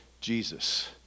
Jesus